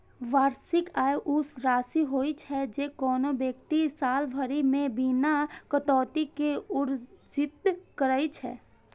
वार्षिक आय ऊ राशि होइ छै, जे कोनो व्यक्ति साल भरि मे बिना कटौती के अर्जित करै छै